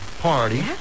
party